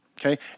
Okay